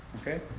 Okay